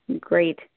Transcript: great